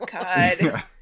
God